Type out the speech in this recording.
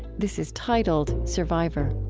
this is titled survivor.